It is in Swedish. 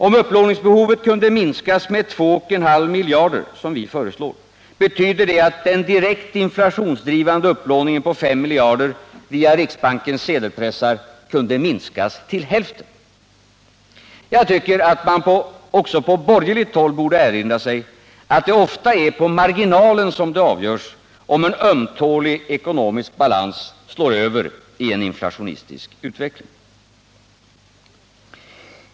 Om upplåningsbehovet kunde minskas med 2,5 miljarder, som vi föreslår, betyder det att den direkt inflationsdrivande upplåningen på 5 miljarder via riksbankens sedelpressar kunde minskas till hälften. Jag tycker att man också på borgerligt håll borde erinra sig att det ofta är på marginalen som det avgörs om en ömtålig ekonomisk balans slår över i en inflationistisk utveckling.